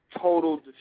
total